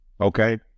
Okay